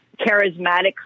charismatic